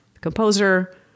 composer